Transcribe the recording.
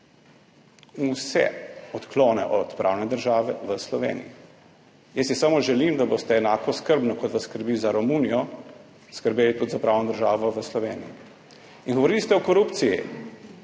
vse odklone od pravne države v Sloveniji. Jaz si samo želim, da boste enako skrbno, kot vas skrbi za Romunijo, skrbeli tudi za pravno državo v Sloveniji. In govorili ste o korupciji,